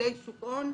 פעילי שוק הון.